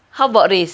how about race